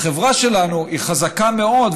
החברה שלנו חזקה מאוד,